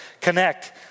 Connect